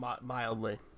mildly